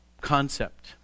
concept